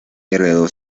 heredó